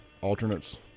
alternates